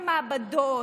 במעבדות,